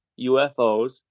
UFOs